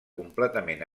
completament